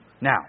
Now